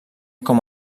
com